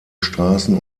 straßen